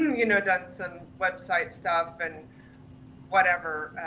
you know, done some website stuff and whatever